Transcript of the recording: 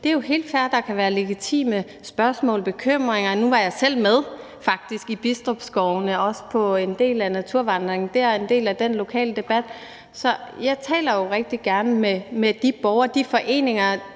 det er jo helt fair, at der kan være legitime spørgsmål, bekymringer. Nu var jeg faktisk selv med også i Bidstrup Skovene, også på en del af naturvandringen. Det er en del af den lokale debat. Så jeg taler jo rigtig gerne med de borgere,